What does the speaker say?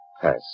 pass